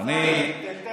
אתה,